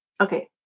okay